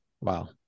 Wow